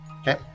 Okay